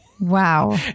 Wow